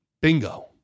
Bingo